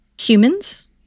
humans